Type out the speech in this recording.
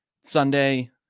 Sunday